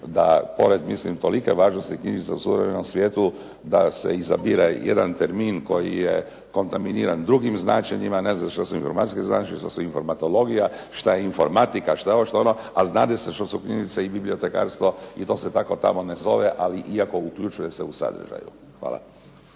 da pored mislim tolike važnosti knjižnica u suvremenom svijetu da se izabire jedan termin koji je kontaminiran drugim značenjima, ne zna što su informacijska značenja, šta je informatologija, šta je informatika, šta je ovo, šta je ono a zna se šta su knjižnice i bibliotekarstvo i to se tako tamo ne zove, ali iako uključuje se u sadržaju. Hvala.